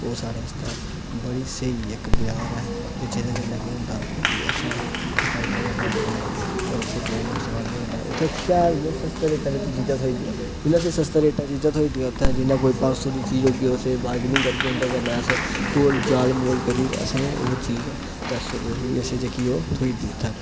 ओह् साढ़े आस्तै बड़ी स्हेई इक बजार ऐ ते जेह्दे कन्नै केह् होंदा के असें उत्थें फायदा गै फायदा होंदा होर असें कोई नुक्सान नी होंदा उत्थें शैल इ'यां सस्ते रेटै बिच्च चीजां थ्होई जंदियां जि'यां असें सस्ते रेटै चीजां थ्होई जंदियां उत्थें जि'यां कोई पंज सौ दी चीज होगी ओह् असें बार्गेनिंग करगे उं'दे कन्नै अस टोल चाल मोल करी'र असें ओह् चीज त्रै सौ रपेऽ दी असें जेह्की ओह् दी थ्होई जंदी उत्थें